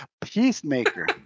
Peacemaker